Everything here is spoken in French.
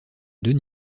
deux